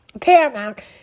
Paramount